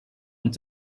und